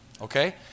Okay